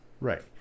Right